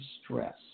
stress